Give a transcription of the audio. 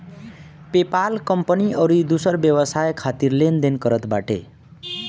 PayPal company अउरी दूसर व्यवसाय खातिर लेन देन करत बाटे